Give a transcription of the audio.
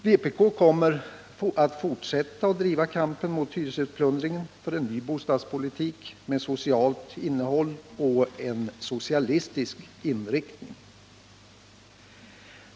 Vpk kommer att fortsätta att driva kampen mot hyresutplundringen, för en ny bostadspolitik med socialt innehåll och en socialistisk inriktning.